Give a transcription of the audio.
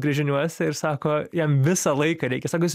gręžiniuose ir sako jam visą laiką reikia sako jis